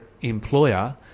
employer